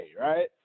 right